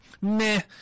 meh